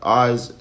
eyes